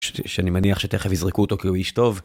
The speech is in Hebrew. שאני מניח שתכף יזרקו אותו כי הוא איש טוב